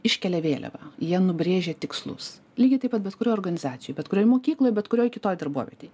iškelia vėliavą jie nubrėžia tikslus lygiai taip pat bet kurioj organizacijoj bet kurioj mokykloj bet kurioj kitoj darbovietėj